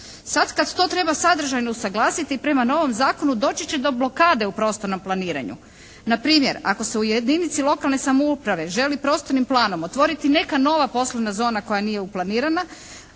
Sad kad to treba sadržajno usuglasiti prema novom zakonu doći će do blokade u prostornom planiranju. Na primjer, ako se u jedinici lokalne samouprave želi prostornim planom otvoriti neka nova poslovna zona koja nije uplanirana